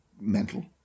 mental